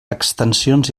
extensions